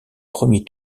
premier